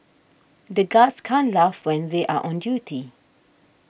the guards can't laugh when they are on duty